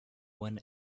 one